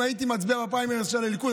אם הייתי בפריימריז של הליכוד,